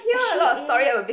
ah she is